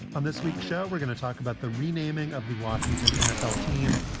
on this week's show, we're going to talk about the renaming of the washington nfl team,